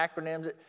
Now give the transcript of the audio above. acronyms